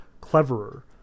cleverer